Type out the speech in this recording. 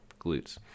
glutes